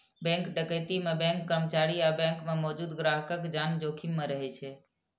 bank डकैती मे bank कर्मचारी आ बैंक मे मौजूद ग्राहकक जान जोखिम मे रहै छै